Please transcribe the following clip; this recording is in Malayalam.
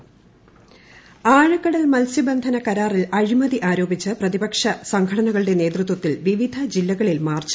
ജില്ലകൾ മാർച്ച് ആഴക്കടൽ മത്സ്യബന്ധന കരാറിൽ അഴിമതി ആരോപിച്ച് പ്രതിപക്ഷ സംഘടനകളുടെ നേതൃത്വത്തിൽ വിവിധ ജില്ലകളിൽ മാർച്ച്